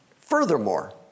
Furthermore